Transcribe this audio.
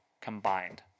combined